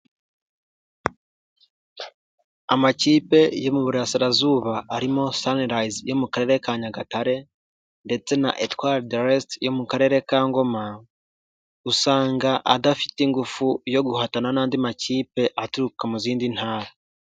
Amakipe yo mu burasirazuba arimo Sunrise yo mu Karere ka Nyagatare ndetse na Étoile de l'Est yo mu Karere ka Ngoma, usanga adafite ingufu yo guhatana n'andi makipe aturuka mu zindi ntara.